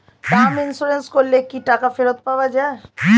Term insurance করলে কি টাকা ফেরত পাওয়া যায়?